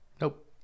Nope